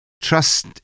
trust